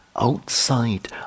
outside